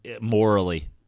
morally